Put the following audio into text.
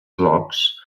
blocs